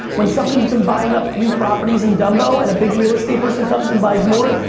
when somebody's been buying up three properties in dumbo and a big real estate person comes and buys more,